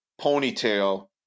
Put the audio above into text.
ponytail